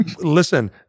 listen